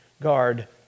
guard